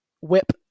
whip